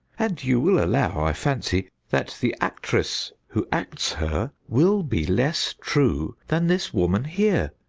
and you will allow, i fancy, that the actress who acts her will be less true than this woman here,